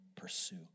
pursue